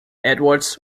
edwards